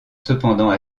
cependant